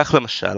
כך למשל,